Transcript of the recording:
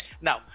Now